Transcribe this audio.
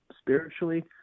spiritually